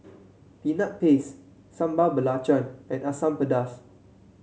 Peanut Paste Sambal Belacan and Asam Pedas